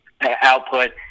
output